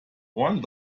one